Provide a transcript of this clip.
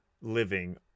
living